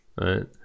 right